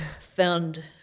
found